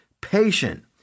patient